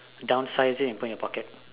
down size it and put it in your pocket